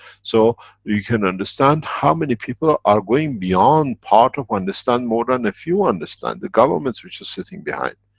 so you can understand, how many people are are going beyond part of. understand more than a few understand. the governments governments which are sitting behind?